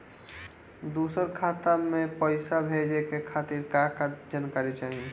दूसर खाता में पईसा भेजे के खातिर का का जानकारी चाहि?